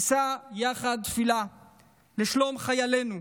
נישא יחד תפילה לשלום חיילנו,